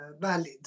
valid